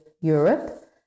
Europe